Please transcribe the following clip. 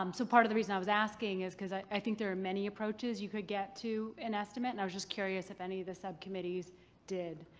um so part of the reason i was asking is because i think there are many approaches you could get to an estimate and i was just curious if any of the subcommittees did.